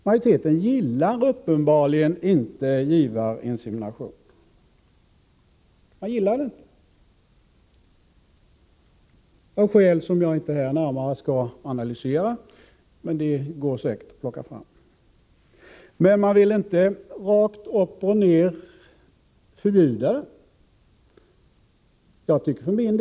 Majoriteten gillar uppenbarligen inte givarinsemination — av skäl som jag inte här skall närmare analysera. Men man vill inte rakt upp och ner förbjuda den.